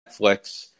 Netflix